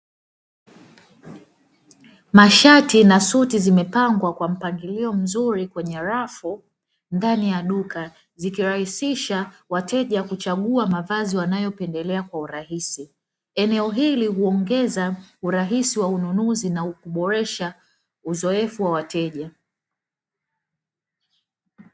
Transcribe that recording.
Mashati na suti zimepangwa kwa mpangilio mzuri kwenye rafu ndani ya duka, zikirahisisha wateja kuchagua mavazi wanayopendelea kwa urahisi. Eneo hili huongeza urahisi wa ununuzi na kuboresha uzoefu wa wateja.